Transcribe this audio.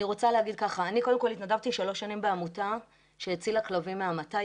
אני התנדבתי שלוש שנים בעמותה שהצילה כלבים מהמתה,